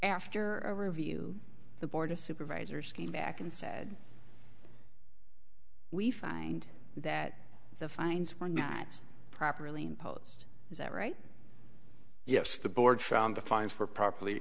after a review the board of supervisors came back and said we find that the fines were not properly imposed is that right yes the board found the fines were properly